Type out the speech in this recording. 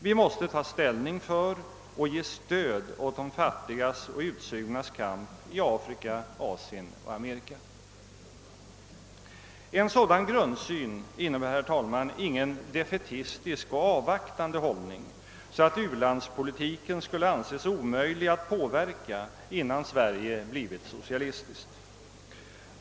Vi måste ta ställning för och ge stöd åt de fattigas och utsugnas kamp i Afrika, Asien och Amerika. En sådan grundsyn innebär, herr talman, ingen defaitistisk och avvaktande hållning, så att u-landspolitiken skulle anses omöjlig att påverka innan Sverige blivit socialistiskt.